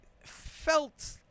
felt